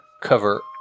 cover